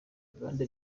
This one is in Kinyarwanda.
bande